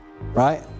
right